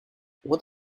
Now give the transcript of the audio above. what